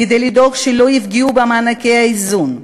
כדי לדאוג שלא יפגעו במענקי האיזון,